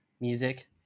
music